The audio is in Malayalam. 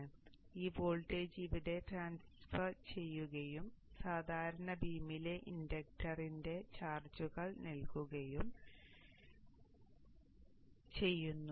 അതിനാൽ ഈ വോൾട്ടേജ് ഇവിടെ ട്രാൻസ്ഫർ ചെയ്യുകയും സാധാരണ ബീമിലെ ഇൻഡക്റ്ററിന്റെ ചാർജുകൾ നൽകുകയും ചെയ്യുന്നു